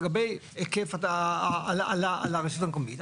לגבי היקף הרשות המקומית,